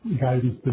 guidance